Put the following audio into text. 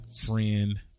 friend